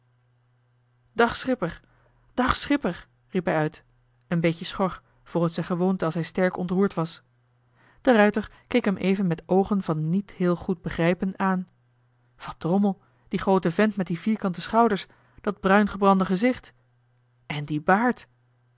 dag schipper dag schipper riep hij uit een beetje schor volgens zijn gewoonte als hij sterk ontroerd was de ruijter keek hem even met oogen van niet heel goed begrijpen aan wat drommel die groote vent met die vierkante schouders dat bruin gebrande gezicht en dien baard